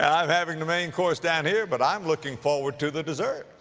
ah i'm having the main course down here, but i'm looking forward to the dessert.